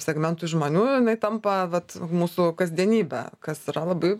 segmentui žmonių jinai tampa vat mūsų kasdienybe kas yra labai